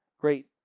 great